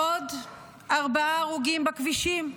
עוד ארבעה הרוגים בכבישים.